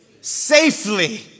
Safely